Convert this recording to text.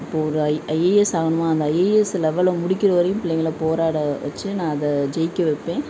இப்போது ஒரு ஐ ஐஏஎஸ் ஆகணுமா அந்த ஐஏஎஸ் லெவல்ல முடிக்கிற வரையும் பிள்ளைங்கள போராட வச்சு நான் அதை ஜெயிக்க வைப்பேன்